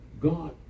God